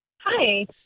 Hi